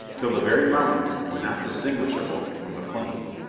till the very mountains were not distinguishable from the plains.